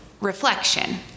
reflection